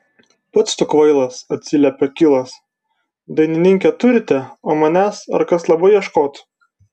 pats tu kvailas atsiliepė kilas dainininkę turite o manęs ar kas labai ieškotų